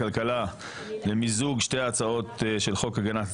למיזוג הצעות החוק הבאות,